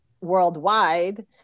worldwide